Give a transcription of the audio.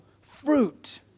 fruit